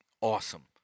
awesome